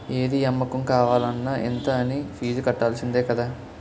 ఏది అమ్మకం కావాలన్న ఇంత అనీ ఫీజు కట్టాల్సిందే కదా